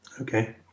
Okay